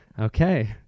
Okay